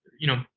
you know,